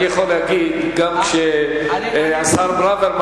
אני יכול להגיד גם שהשר ברוורמן,